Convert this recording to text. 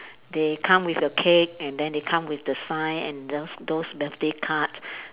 they come with the cake and then they come with the sign and those those birthday cards